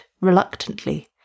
reluctantly